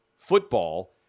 Football